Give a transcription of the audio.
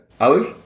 Ali